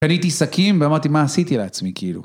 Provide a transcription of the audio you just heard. קניתי סכין ואמרתי: מה עשיתי לעצמי כאילו?